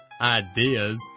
ideas